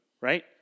Right